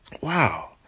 Wow